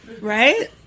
Right